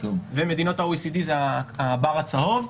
ומדינות ה-OECD זה הבר הצהוב.